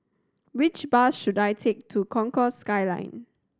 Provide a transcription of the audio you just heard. which bus should I take to Concourse Skyline